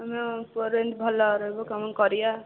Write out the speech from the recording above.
ଆମ ପୁଅର ଯେମିତି ଭଲ ରହିବ କ'ଣ କରିବା